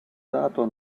dato